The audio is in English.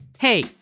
Hey